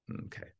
Okay